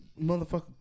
Motherfucker